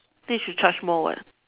then you should charge more [what]